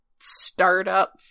startup